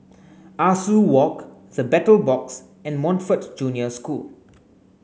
Ah Soo Walk the Battle Box and Montfort Junior School